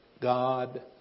God